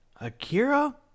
Akira